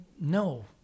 No